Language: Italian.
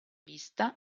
vista